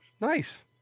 nice